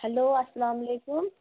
hello اَسلامُ علیکُم